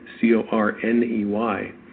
C-O-R-N-E-Y